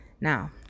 Now